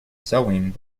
sewing